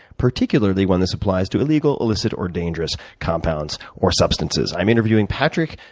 particularly, when this applies to illegal, illicit or dangerous compounds or substances. i am interviewing patrick,